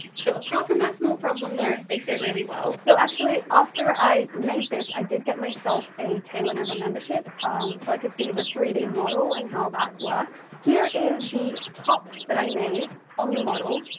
so apart from that small problem though, they fit really well. so actually after i made this, i did get myself a tailornova membership um so i could see the three d model and how that works. here is the top that i made on the model.